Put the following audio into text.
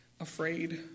Afraid